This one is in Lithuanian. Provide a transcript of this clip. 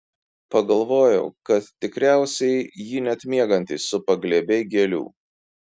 pagalvojau kad tikriausiai jį net miegantį supa glėbiai gėlių